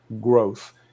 growth